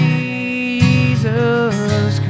Jesus